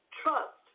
trust